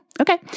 Okay